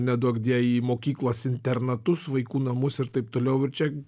neduokdie į mokyklas internatus vaikų namus ir taip toliau ir čia